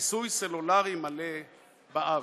לכיסוי סלולרי מלא בארץ.